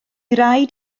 raid